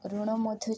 ଋଣ ମଧ୍ୟ